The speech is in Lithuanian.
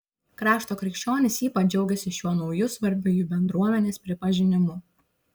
krašto krikščionys ypač džiaugiasi šiuo nauju svarbiu jų bendruomenės pripažinimu